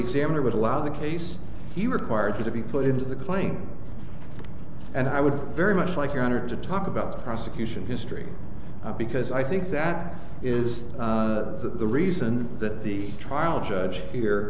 examiner would allow the case he required to be put into the claim and i would very much like your honor to talk about the prosecution history because i think that is the reason that the trial judge here